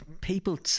People